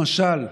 למשל,